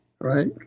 Right